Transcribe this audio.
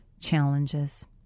challenges